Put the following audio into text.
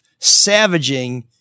savaging